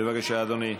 בבקשה, אדוני.